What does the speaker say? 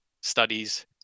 studies